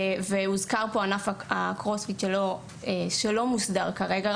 הוזכר פה ענף הקרוספיט, שלא מוסדר כרגע.